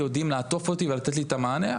יודעים לעטוף אותי ולתת לי את המענה,